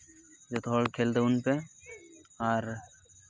ᱡᱚᱛᱚ ᱦᱚᱲ ᱠᱷᱮᱞ ᱛᱟᱵᱚᱱ ᱯᱮ ᱟᱨ